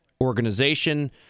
organization